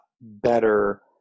better